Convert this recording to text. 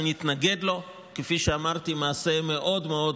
אנחנו נתנגד לו, כפי שאמרתי, מעשה מאוד מאוד